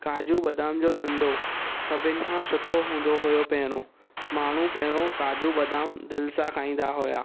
काजू बदाम जो धंधो सभिनि खां सुठो हूंदो हुओ पहिरियों माण्हू पहिरियों काजू बदाम दिलि सां खाईंदा हुआ